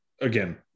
again